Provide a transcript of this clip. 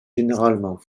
généralement